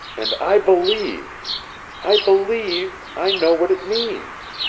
and i believe i believe i know what it means!